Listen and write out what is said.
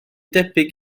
debyg